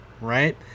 right